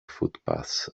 footpaths